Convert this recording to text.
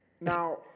now